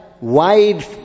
wide